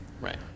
right